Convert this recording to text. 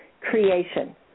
creation